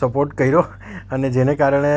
support કર્યો અને જેને કારણે